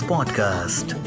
Podcast